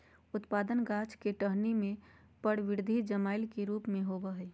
उत्पादन गाछ के टहनी में परवर्धी जाइलम के रूप में होबय हइ